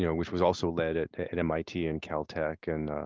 yeah which was also led at at mit and cal tech and